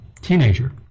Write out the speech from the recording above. teenager